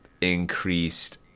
increased